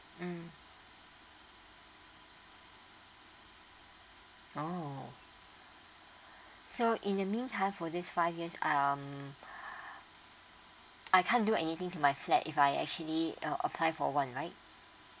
mm oh so in the mean time for this five years um I can't do anything to my flat if I actually uh apply for one night